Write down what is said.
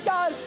God